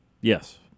Yes